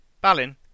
Balin